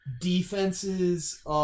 defenses